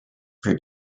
per